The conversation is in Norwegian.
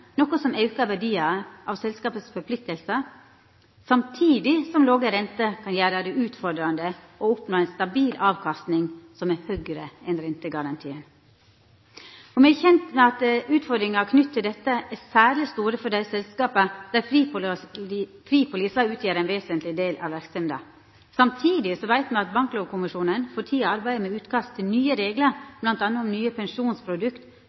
noko som aukar verdien av selskapas forpliktingar, samtidig som låge renter kan gjera det utfordrande å oppnå ein stabil avkastning som er høgre enn rentegarantien. Me er kjende med at utfordringane knytte til dette er særleg store for dei selskapa der fripolisar utgjer ein vesentleg del av verksemda. Samtidig veit me at Banklovkommisjonen for tida arbeider med utkast til nye reglar, bl.a. om nye pensjonsprodukt,